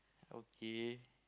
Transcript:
okay